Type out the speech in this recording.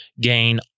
gain